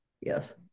Yes